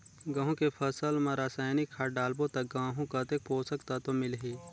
गंहू के फसल मा रसायनिक खाद डालबो ता गंहू कतेक पोषक तत्व मिलही?